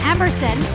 Emerson